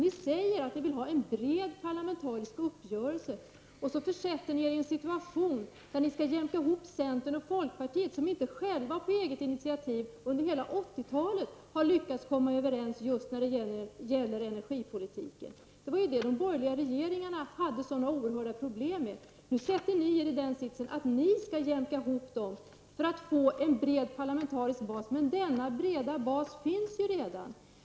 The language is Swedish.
Ni säger att ni vill ha en bred parlamentarisk uppgörelse, och så försätter ni er i en situation där ni skall jämka ihop centern och folkpartiet, som inte själva på eget initiativ under hela 80-talet har lyckats komma överens om energipolitiken. Det var det de borgerliga regeringarna hade sådana oerhörda problem med. Nu sätter ni er i den sitsen att ni skall jämka ihop dem för att få en bred parlamentarisk bas. Men denna breda bas finns redan.